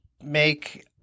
make